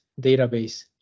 database